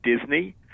Disney